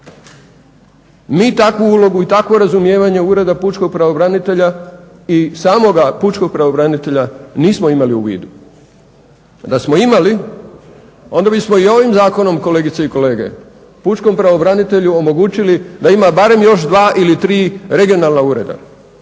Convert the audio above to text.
Mi takvu ulogu i takvo razumijevanje Ureda pučkog pravobranitelja i samoga pučkog pravobranitelja nismo imali u vidu. A da smo imali onda bismo i ovim zakonom, kolegice i kolege, pučkom pravobranitelju omogućili da ima barem još dva ili tri regionalna ureda.